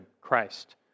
Christ